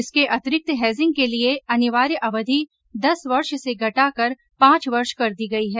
इसके अतिरिक्त हेजिंग के लिए अनिवार्य अवधि दस वर्ष से घटाकर पांच वर्ष कर दी गई है